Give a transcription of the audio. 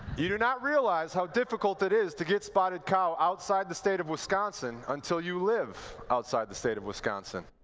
you do not realize how difficult it is to get spotted cow outside the state of wisconsin, until you live outside the state of wisconsin.